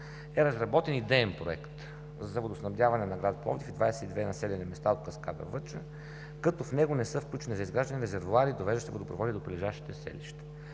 е разработен Идеен проект за водоснабдяване на град Пловдив и двадесет и две населени места от каскада „Въча“, като в него не са включени за изграждане резервоари и довеждащи водопроводи до прилежащите селища.